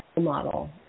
model